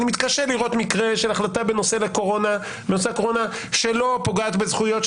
אני מתקשה לראות מקרה של החלטה בנושא הקורונה שלא פוגעת בזכויות,